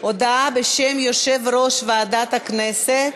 בשם יושב-ראש ועדת הכנסת.